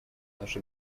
наше